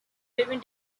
between